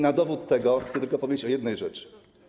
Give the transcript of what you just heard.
Na dowód tego chcę tylko powiedzieć o jednej rzeczy.